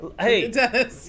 hey